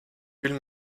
fühle